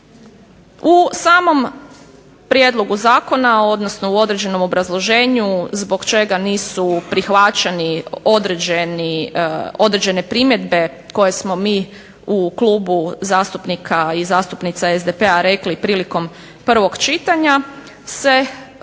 U samom prijedlogu zakona, odnosno u određenom obrazloženju zbog čega nisu prihvaćeni određene primjedbe koje smo mi u Klubu zastupnika i zastupnica SDP-a rekli prilikom prvog čitanja se prilično